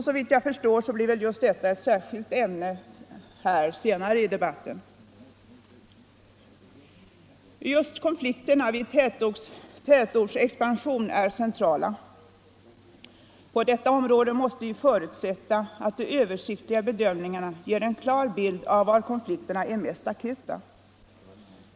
Såvitt jag förstår blir väl detta ett särskilt ämne senare i debatten. Just konflikterna vid tätortsexpansion är centrala. På detta område måste vi förutsätta att de översiktliga bedömningarna ger en klar bild av var konflikterna är mest akuta.